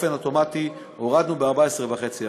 באופן אוטומטי הורדנו ב-14.5%.